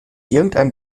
irgendeinem